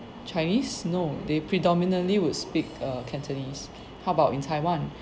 chinese no they predominantly would speak uh cantonese how about in taiwan